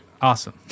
Awesome